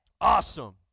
Awesome